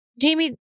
Jamie